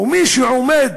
ומי שעומד